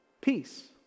peace